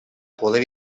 poder